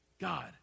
God